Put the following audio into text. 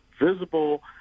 visible